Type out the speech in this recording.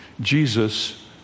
Jesus